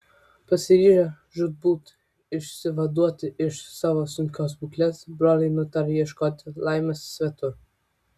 pasiryžę žūtbūt išsivaduoti iš savo sunkios būklės broliai nutarė ieškoti laimės svetur